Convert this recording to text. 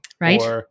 Right